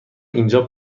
اینجا